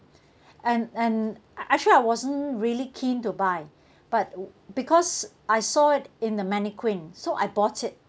and and ac~ actually I wasn't really keen to buy but w~ because I saw it in the mannequin so I bought it